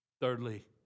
Thirdly